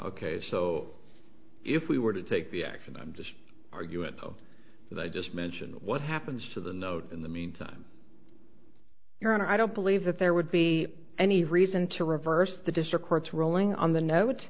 ok so if we were to take the action i'm just argument though that i just mentioned what happens to the note in the meantime your honor i don't believe that there would be any reason to reverse the district court's ruling on the